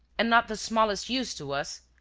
and not the smallest use to us.